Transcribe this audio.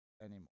anymore